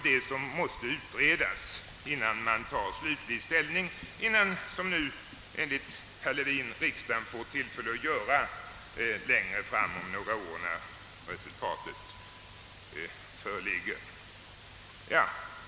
Denna fråga måste utredas innan riksdagen om några år får tillfälle att ta slutgiltig ställning.